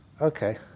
Okay